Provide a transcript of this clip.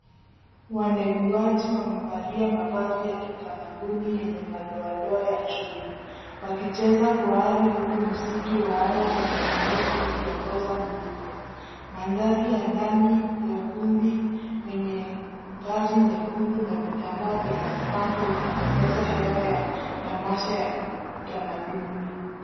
Wanenguaji wamevaliawa mavazi ya kitamaduni yenye madoadaoa ya chui. Wakicheza kwa ari huku muziki ya wa ara ya kienyeji ukiongoza mdundo, mandhari ya ndani ya ukumbi wenye ngazi nyekundu na vitambaa vya mapambo hutengeza hewa ya tamasha ya kitamaduni.